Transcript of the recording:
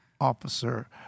officer